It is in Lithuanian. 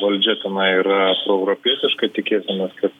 valdžia tenai yra proeuropietiška tikėkimės kad